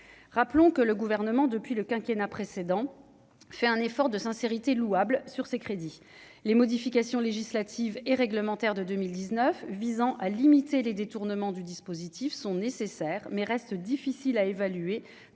rappelons que le gouvernement depuis le quinquennat précédent, fait un effort de sincérité louable sur ces crédits, les modifications législatives et réglementaires de 2019 visant à limiter les détournements du dispositif sont nécessaires mais reste difficile à évaluer,